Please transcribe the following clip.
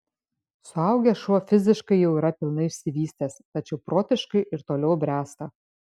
suaugęs šuo fiziškai jau yra pilnai išsivystęs tačiau protiškai ir toliau bręsta